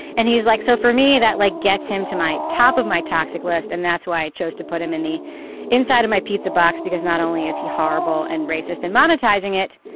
and he's like, so for me, that like gets him to my top of my toxic list. and that's why i chose to put him in the inside of my pizza box, because not only is he horrible and racist and monetizing it,